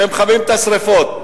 והם מכבים את השרפות.